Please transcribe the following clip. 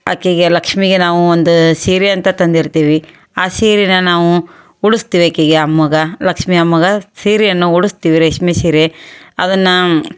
ಆಕೆಗೆ ಲಕ್ಷ್ಮಿಗೆ ನಾವು ಒಂದು ಸೀರೆ ಅಂತ ತಂದಿರ್ತೀವಿ ಆ ಸೀರೆನ ನಾವು ಉಡಿಸ್ತೀವಿ ಆಕೆಗೆ ಅಮ್ಮಗೆ ಲಕ್ಷ್ಮಿ ಅಮ್ಮಗೆ ಸೀರೆಯನ್ನು ಉಡಿಸ್ತೀವಿ ರೇಷ್ಮೆ ಸೀರೆ ಅದನ್ನು